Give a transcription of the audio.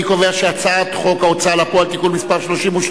אני קובע שהצעת חוק ההוצאה לפועל (תיקון מס' 33)